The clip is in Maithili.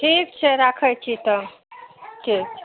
ठीक छै राखै छी तऽ ठिके छै